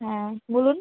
হ্যাঁ বলুন